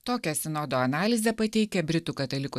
tokią sinodo analizę pateikė britų katalikų